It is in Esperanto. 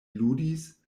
ludis